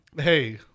Hey